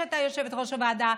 שהייתה יושבת-ראש הוועדה,